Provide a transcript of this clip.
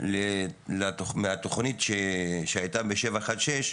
מהתכנית שהייתה ב-716,